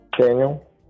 Daniel